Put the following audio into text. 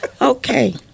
Okay